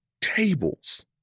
tables